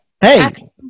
Hey